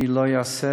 אני לא אהסס.